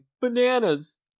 bananas